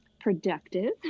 productive